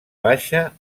baixa